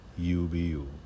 UBU